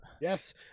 Yes